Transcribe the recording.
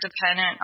dependent